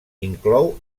inclou